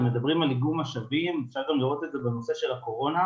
אם מדברים על איגום משאבים צריך גם לראות את זה בנושא של הקורונה,